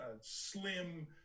slim